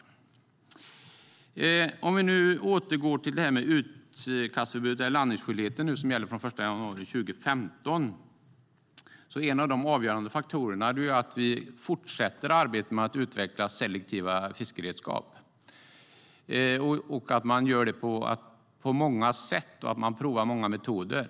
För att återgå till utkastförbudet eller landningsskyldigheten, som gäller från den 1 januari 2015, är en av de avgörande faktorerna att vi fortsätter arbetet med att utveckla selektiva fiskeredskap, att man gör det på många sätt och att man provar många metoder.